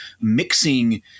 mixing